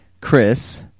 Chris